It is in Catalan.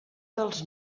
dels